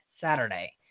Saturday